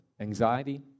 anxiety